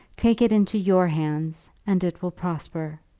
take it into your hands, and it will prosper.